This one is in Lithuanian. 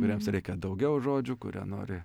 kuriems reikia daugiau žodžių kurie nori